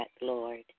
Lord